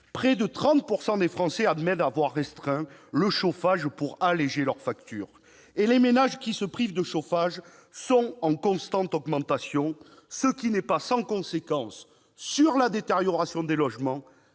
près de 30 % des Français admettent avoir restreint le chauffage pour alléger leur facture. Et le nombre de ménages qui se privent de chauffage est en constante augmentation, ce qui n'est pas sans conséquence sur la détérioration des logements